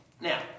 Now